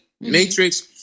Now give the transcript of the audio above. Matrix